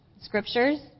Scriptures